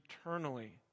eternally